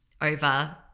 over